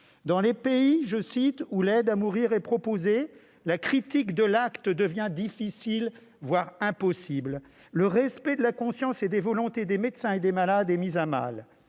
Dans les pays où l'aide à mourir est proposée, la critique de l'acte devient difficile, voire impossible. Le respect de la conscience et des volontés des médecins et des malades est mis à mal.